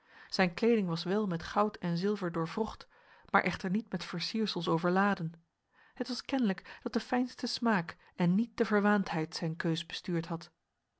zijn kleding was wel met goud en zilver doorwrocht maar echter niet met versiersels overladen het was kenlijk dat de fijnste smaak en niet de verwaandheid zijn keus bestuurd had